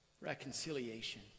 Reconciliation